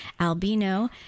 Albino